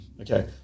okay